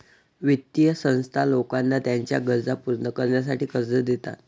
वित्तीय संस्था लोकांना त्यांच्या गरजा पूर्ण करण्यासाठी कर्ज देतात